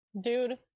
Dude